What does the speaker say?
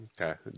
Okay